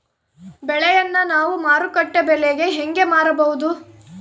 ಬೆಳೆಯನ್ನ ನಾವು ಮಾರುಕಟ್ಟೆ ಬೆಲೆಗೆ ಹೆಂಗೆ ಮಾರಬಹುದು?